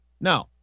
No